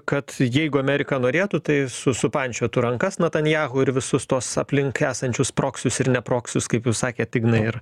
kad jeigu amerika norėtų tai su supančiotų rankas netanyahu ir visus tuos aplink esančius proksius ir neproksius kaip jūs sakėt ignai ir